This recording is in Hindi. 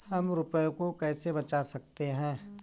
हम रुपये को कैसे बचा सकते हैं?